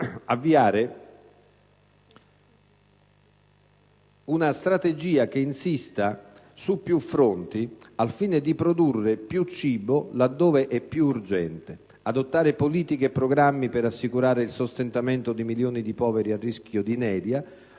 avviare una strategia che insista su più fronti al fine di produrre più cibo laddove è più urgente: adottare politiche e programmi per assicurare il sostentamento di milioni di poveri a rischio di inedia;